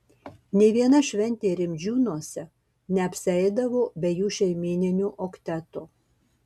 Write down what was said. nė viena šventė rimdžiūnuose neapsieidavo be jų šeimyninio okteto